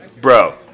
bro